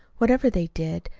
whatever they did,